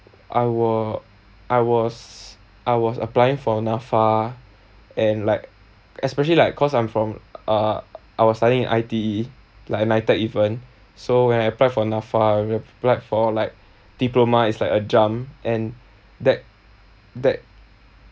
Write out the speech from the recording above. I wa~ I was I was applying for NAFA and like especially like cause I'm from uh I was studying in I_T_E like NITEC even so when I apply for NAFA I applied for like diploma is like a jump and that that